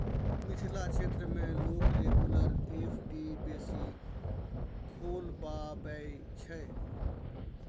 मिथिला क्षेत्र मे लोक रेगुलर एफ.डी बेसी खोलबाबै छै